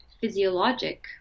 physiologic